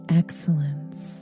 excellence